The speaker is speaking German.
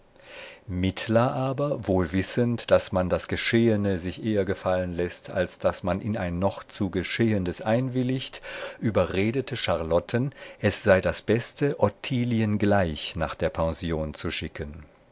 aber wohl wissend daß man das geschehene sich eher gefallen läßt als daß man in ein noch zu geschehendes einwilligt überredete charlotten es sei das beste ottilien gleich nach der pension zu schicken